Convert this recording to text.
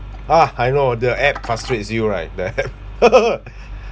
ha I know the app frustrates you right then